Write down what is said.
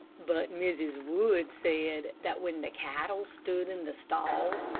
but mrs. wood said that when the cattle stood in the stalls,